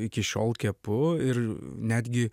iki šiol kepu ir netgi